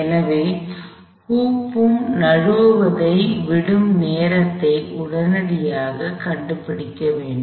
எனவே ஹுப் ம் நழுவுவதை விடும் நேரத்தை உடனடியாகக் கண்டுபிடிக்க வேண்டும்